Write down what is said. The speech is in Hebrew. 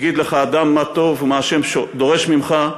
הגיד לך האדם מה טוב ומה ה' דורש ממך,